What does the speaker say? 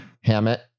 hammett